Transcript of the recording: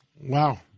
Wow